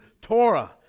Torah